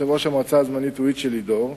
יושב-ראש המועצה הזמנית הוא איצ'ה לידור,